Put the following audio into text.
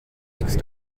next